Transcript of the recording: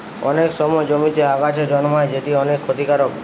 অনেক সময় জমিতে আগাছা জন্মায় যেটি অনেক ক্ষতিকারক